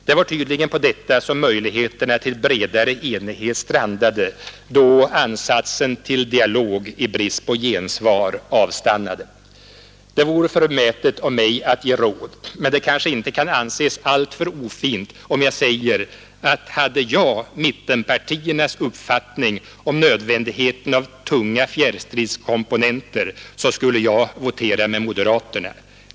Det var tydligen på detta som möjligheten till bredare enighet strandade, då ansatsen till dialog i brist på gensvar avstannade. Det vore förmätet av mig att ge råd, men det kanske inte kan anses alltför ofint, om jag säger att hade jag mittenpartiernas uppfattning om nödvändigheten av tunga fjärrstridskomponenter, så skulle jag votera med moderaterna.